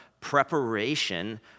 preparation